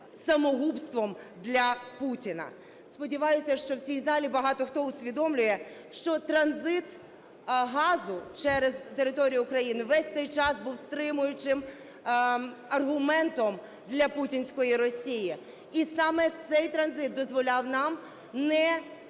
самогубством для Путіна. Сподіваюся, що в цій залі багато хто усвідомлює, що транзит газу через територію України весь цей час був стримуючим аргументом для путінської Росії. І саме цей транзит дозволяв нам не